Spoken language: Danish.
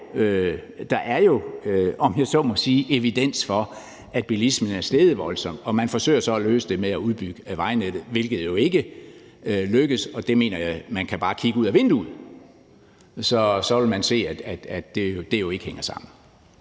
der er jo, om jeg så må sige, evidens for, at bilismen er steget voldsomt, og man forsøger så at løse det ved at udbygge vejnettet, hvilket jo ikke lykkes. Jeg mener, man kan bare kigge ud ad vinduet, så vil man se, at det jo ikke hænger sammen.